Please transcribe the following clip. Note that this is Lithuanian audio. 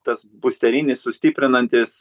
tas busterinis sustiprinantis